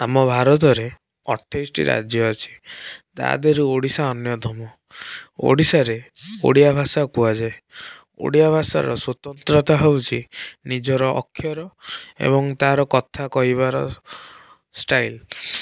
ଆମ ଭାରତରେ ଅଠେଇଶଟି ରାଜ୍ୟ ଅଛି ତା' ଦେହରେ ଓଡ଼ିଶା ଅନ୍ୟତମ ଓଡ଼ିଶାରେ ଓଡ଼ିଆ ଭାଷା କୁହାଯାଏ ଓଡ଼ିଆ ଭାଷାର ସ୍ୱତନ୍ତ୍ରତା ହେଉଛି ନିଜର ଅକ୍ଷର ଏବଂ ତାର କଥା କହିବାର ଷ୍ଟାଇଲ୍